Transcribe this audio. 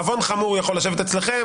עוון חמור יכול לשבת אצלכם,